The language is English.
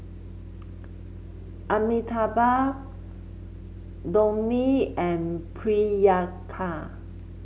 Amitabh Dhoni and Priyanka